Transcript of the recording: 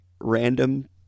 random